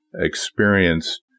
experienced